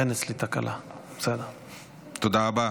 תודה רבה.